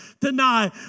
deny